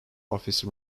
office